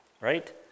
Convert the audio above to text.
Right